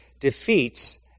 defeats